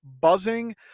buzzing